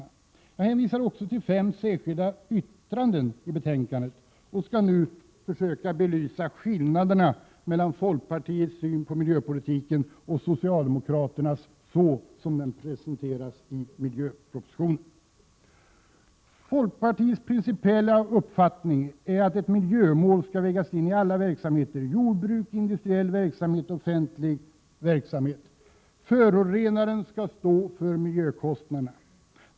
Jag hänvisar också till fem särskilda yttranden i betänkandet och skall nu försöka belysa skillnaderna mellan folkpartiets syn på miljöpolitiken och socialdemokraternas, så som den presenteras i miljöpropositionen. Folkpartiets principiella uppfattning är att ett miljömål skall läggas in i alla verksamheter: jordbruksverksamhet, industriell verksamhet och offentlig verksamhet. Förorenaren skall stå för miljökostnaderna.